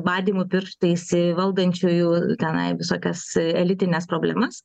badymu pirštais į valdančiųjų tenai visokias elitines problemas